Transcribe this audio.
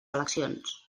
eleccions